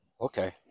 Okay